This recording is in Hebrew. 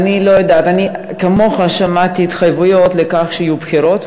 כמוך שמעתי התחייבויות לכך שיהיו בחירות,